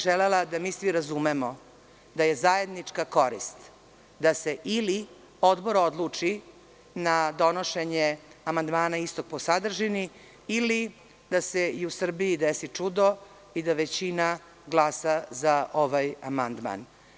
Želela bih da mi svi razumemo da je zajednička korist da se ili odbor odluči na donošenje amandmana istog po sadržini ili da se i u Srbiji desi čudo i da većina glasa za ovaj amandman.